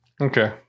Okay